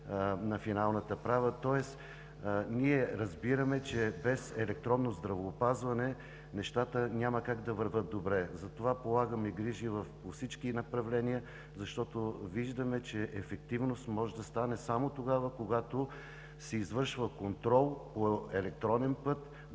на финалната права. Разбираме, че без електронно здравеопазване нещата няма как да вървят добре. Затова полагаме грижи по всички направления, защото виждаме, че ефективност може да има само тогава, когато се извършва контрол по електронен път,